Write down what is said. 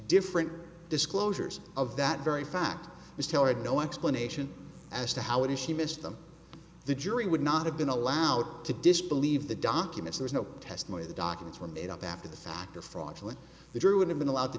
different disclosures of that very fact we still had no explanation as to how it is she missed them the jury would not have been allowed to disbelieve the documents there's no testimony the documents were made up after the fact the fraudulent the jury would have been allowed to